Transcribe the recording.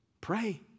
Pray